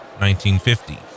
1950